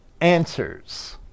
answers